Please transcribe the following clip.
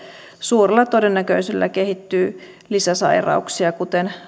suurella todennäköisyydellä kehittyy lisäsairauksia kuten